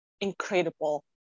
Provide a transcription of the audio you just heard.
incredible